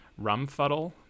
Rumfuddle